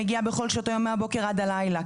מגיעה בכל שעות היום מהבוקר עד הלילה,